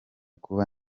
kuba